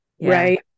right